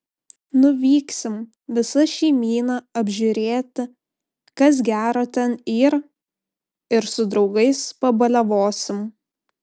nuvyksim visa šeimyna apžiūrėti kas gero ten yr ir su draugais pabaliavosim